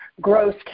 gross